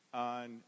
on